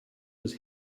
was